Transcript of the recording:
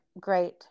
great